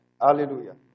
Hallelujah